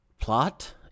plot